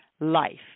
life